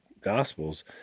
gospels